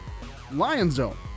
Lionzone